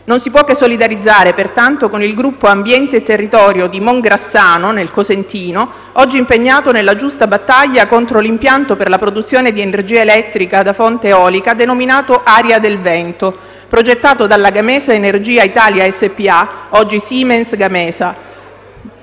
Non si può che solidarizzare, pertanto, con il gruppo Ambiente e Territorio di Mongrassano, nel Cosentino, oggi impegnato nella giusta battaglia contro l'impianto per la produzione di energia elettrica da fonte eolica denominato Aria del vento, progettato dalla Gamesa energia Italia SpA (oggi Siemens Gamesa),